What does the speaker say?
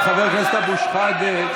חבר הכנסת אבו שחאדה,